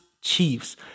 Chiefs